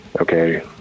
okay